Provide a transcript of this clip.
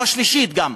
או השלישית גם,